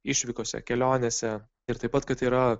išvykose kelionėse ir taip pat kad yra